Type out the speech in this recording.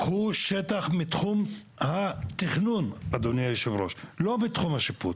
לקחו שטח מתחום התכנון, לא בתחום השיפוט.